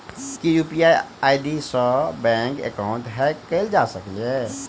की UPI ID सऽ bank account hack कैल जा सकलिये?